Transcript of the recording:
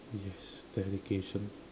yes dedication